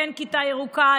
כן כיתה ירוקה,